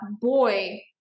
boy